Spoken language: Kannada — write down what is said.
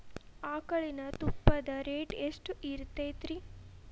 ಆಕಳಿನ ತುಪ್ಪದ ರೇಟ್ ಎಷ್ಟು ಇರತೇತಿ ರಿ?